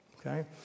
okay